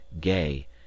gay